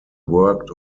worked